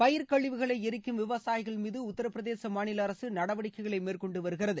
பயிர் கழிவுகளை எரிக்கும் விவசாயிகள் மீது உத்தரப்பிரதேச மாநில அரசு நடவடிக்கைகளை மேற்கொண்டு வருகிறது